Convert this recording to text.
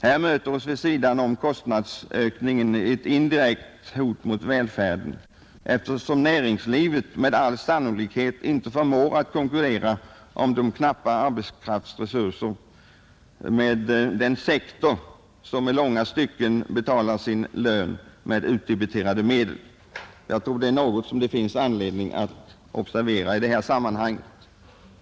Här möter oss vid sidan av kostnadsökningen ett indirekt hot mot välfärden, eftersom näringslivet med all sannolikhet inte förmår konkurrera om de knappa arbetskraftsresurserna med den sektor som i långa stycken betalar lön med utdebiterade medel. Jag tror att det är något som det finns anledning att observera i detta sammanhang.